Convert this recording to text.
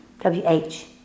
W-H